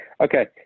Okay